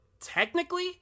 technically